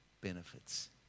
benefits